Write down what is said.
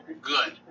good